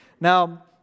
Now